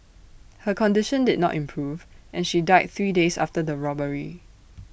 her condition did not improve and she died three days after the robbery